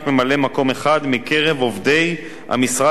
מקרב עובדי המשרד להגנת הסביבה,